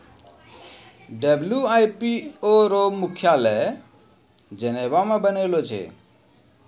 WIPO के मुख्यालय Geneva मे बनैने छै